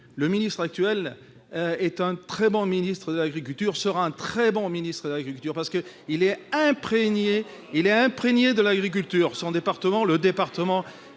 ministre est et sera un très bon ministre de l'agriculture, parce qu'il est imprégné d'agriculture. Son département, qui est